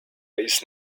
eis